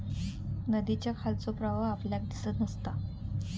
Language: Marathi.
नदीच्या खालचो प्रवाह आपल्याक दिसत नसता